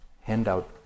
handout